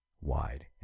wide